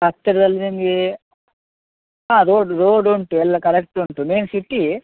ಹತ್ತಿರದಲ್ಲಿ ನಿಮಗೆ ಹಾಂ ರೋಡ್ ರೋಡುಂಟು ಎಲ್ಲಾ ಕರೆಕ್ಟ್ ಉಂಟು ಮೇಯ್ನ್ ಸಿಟಿಯೇ